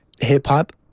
hip-hop